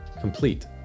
complete